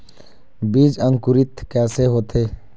बीज अंकुरित कैसे होथे?